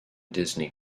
disney